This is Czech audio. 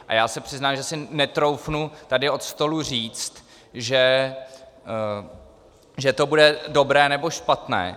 A já se přiznám, že si netroufnu tady od stolu říct, že to bude dobré nebo špatné.